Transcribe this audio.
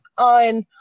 on